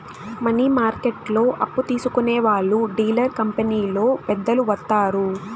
money మార్కెట్లో అప్పు తీసుకునే వాళ్లు డీలర్ కంపెనీలో పెద్దలు వత్తారు